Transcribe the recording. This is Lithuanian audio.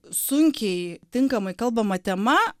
sunkiai tinkamai kalbama tema